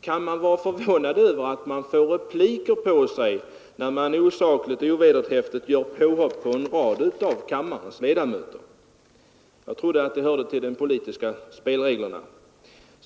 kammaren. Kan man vara förvånad över att man får repliker på sig, när man osakligt och ovederhäftigt gör påhopp på en rad av kammarens ledamöter? Jag trodde att det hörde till de politiska spelreglerna.